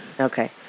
Okay